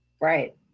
Right